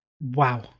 Wow